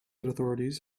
authorities